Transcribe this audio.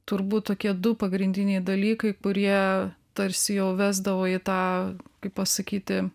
turbūt tokie du pagrindiniai dalykai kurie tarsi jau vesdavo į tą kaip pasakyti